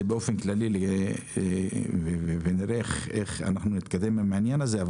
באופן כללי ונראה איך אנחנו נתקדם עם העניין הזה,